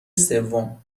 سوم